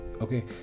okay